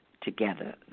together